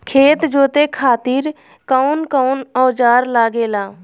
खेत जोते खातीर कउन कउन औजार लागेला?